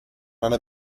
einer